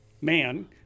man